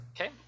Okay